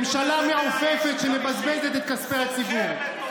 ממשלה מעופפת שמבזבזת את כספי הציבור.